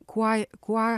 kuo j kuo